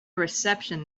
reception